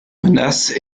menace